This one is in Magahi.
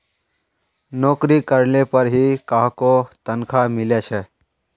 नोकरी करले पर ही काहको तनखा मिले छे